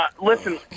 listen